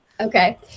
Okay